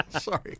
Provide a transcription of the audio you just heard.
Sorry